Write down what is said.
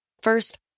First